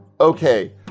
okay